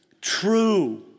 true